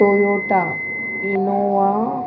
Toyota Innova